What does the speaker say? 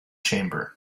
chamber